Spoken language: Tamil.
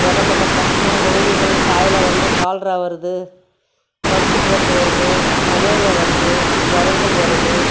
ஏகப்பட்ட கஷ்டம் விளைவுகள் காய்லா வந்து கால்ரா வருது வயித்துப்போக்கு வருது மலேரியா வருது ஜுரங்கள் வருது